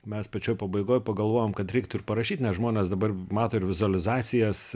mes pačioj pabaigoj pagalvojom kad reiktų ir parašyt nes žmonės dabar mato ir vizualizacijas